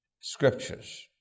scriptures